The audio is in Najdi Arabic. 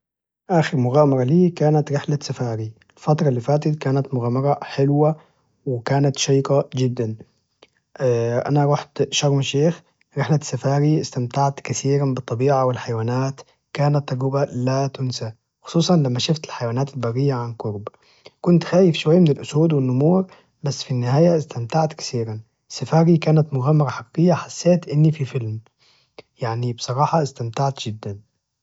آخر مغامرة لي كانت رحلة سفاري، الفترة إللي فاتت كانت مغامرة حلوة وكانت شيقة جدا، أنا رحت شرم الشيخ رحلة سفاري استمتعت كثيرا بالطبيعة والحيوانات كانت تجربة لا تنسى، خصوصا لما شفت الحيوانات البرية عن قرب كنت خايف شوي من الأسود والنمور بس في النهاية استمتعت كثيرا، سفاري كانت مغامرة حقيقة حسيت إني في فيلم، يعني بصراحة استمتعت جدا.